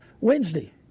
Wednesday